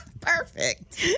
Perfect